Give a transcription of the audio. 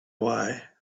why